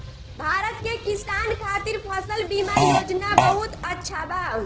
भारत के किसान खातिर फसल बीमा योजना बहुत अच्छा बा